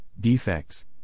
defects